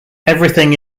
everything